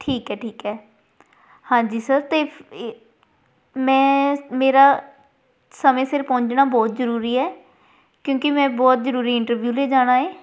ਠੀਕ ਹੈ ਠੀਕ ਹੈ ਹਾਂਜੀ ਸਰ ਅਤੇ ਏ ਮੈਂ ਮੇਰਾ ਸਮੇਂ ਸਿਰ ਪਹੁੰਚਣਾ ਬਹੁਤ ਜ਼ਰੂਰੀ ਹੈ ਕਿਉਂਕਿ ਮੈਂ ਬਹੁਤ ਜ਼ਰੂਰੀ ਇੰਟਰਵਿਊ ਲਈ ਜਾਣਾ ਹੈ